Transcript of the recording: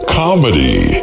comedy